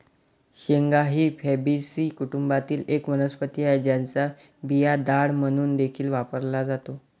शेंगा ही फॅबीसी कुटुंबातील एक वनस्पती आहे, ज्याचा बिया डाळ म्हणून देखील वापरला जातो